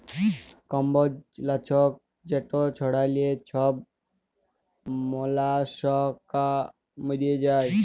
কম্বজ লাছক যেট ছড়াইলে ছব মলাস্কা মইরে যায়